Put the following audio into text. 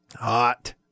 Hot